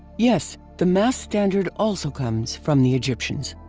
yes, the mass standard also comes from the egyptians.